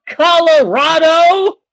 Colorado